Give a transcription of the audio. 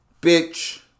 bitch